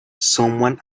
someone